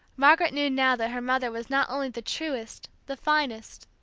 margaret knew now that her mother was not only the truest, the finest,